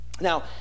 now